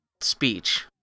speech